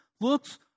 looks